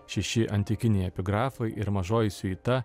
šeši antikiniai epigrafai ir mažoji siuita